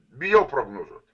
bijau prognozuot